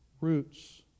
roots